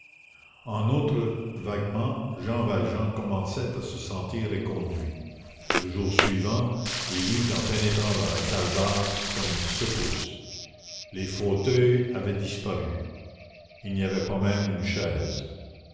en outre vaguement jean valjean commençait à se sentir éconduit le jour suivant il eut en pénétrant dans la salle basse comme une secousse les fauteuils avaient disparu il n'y avait pas même une chaise